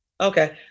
Okay